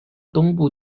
东部